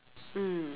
mm